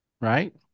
Right